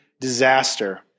disaster